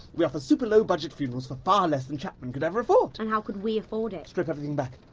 we offer super low budget funerals for far less than chapman could ever afford. and how could we afford it? strip everything back,